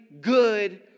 good